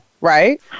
right